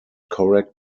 correct